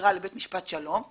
בעתירה לבית משפט שלום,